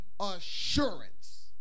assurance